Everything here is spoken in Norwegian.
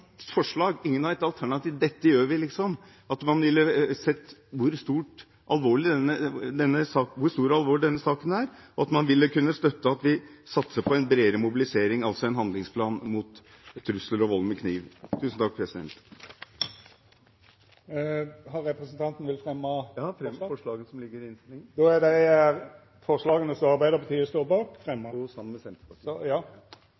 forslag, ingen har et alternativ, dette gjør vi – og hvor stor og alvorlig denne saken er, og at man ville kunnet støtte at vi satser på en bredere mobilisering, altså en handlingsplan mot trusler og vold med kniv. Skal representanten fremja forslag? Ja, jeg fremmer de forslagene som Arbeiderpartiet står bak i innstillingen.